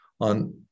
on